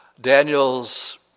Daniel's